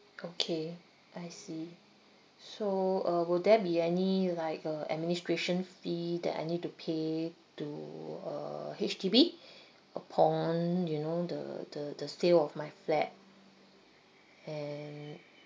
okay I see so uh will there be any like uh administration fee that I need to pay to uh H_D_B upon you know the the the sale of my flat and